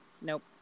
Nope